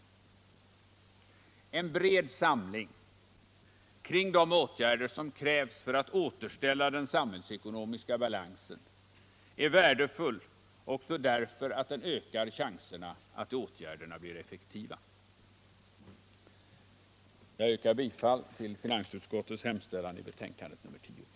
En bred samling kring de åtgärder som krävs för att återställa den samhällsekonomiska balansen är värdefull också därför att den ökar chanserna att åtgärderna blir effektiva. Jag yrkar bifall till finansutskottets hemställan i betänkandet nr 10.